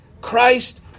Christ